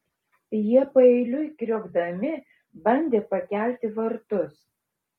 jie paeiliui kriokdami bandė pakelti vartus